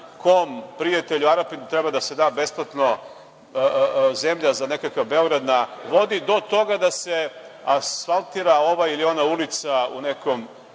kom prijatelju Arapinu treba da se da besplatno zemlja za nekakav „Beograd na vodi“, do toga da se asfaltira ova ili ona ulica u nekom